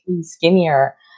skinnier